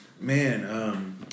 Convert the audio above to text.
Man